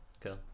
Cool